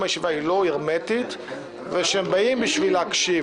הישיבה היא לא הרמטית ושהם באים בשביל להקשיב,